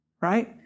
Right